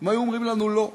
הם היו אומרים לנו לא.